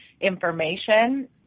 information